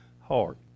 heart